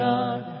God